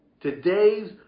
Today's